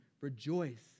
rejoice